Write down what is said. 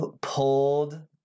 pulled